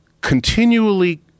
continually